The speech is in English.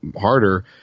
harder